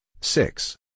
six